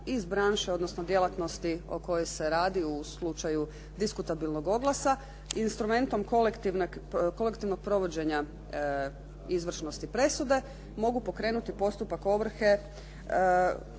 iz branše, odnosno djelatnosti o kojoj se radi u slučaju diskutabilnog oglasa, instrumentom kolektivnog provođenja izvršnosti presude mogu pokrenuti postupak ovrhe